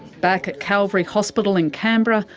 back at calvary hospital in canberra,